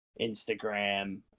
Instagram